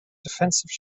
defensive